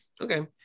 Okay